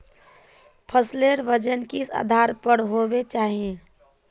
फसलेर वजन किस आधार पर होबे चही?